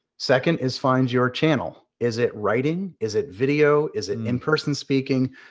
second is find your channel. is it writing, is it video, is it in-person speaking?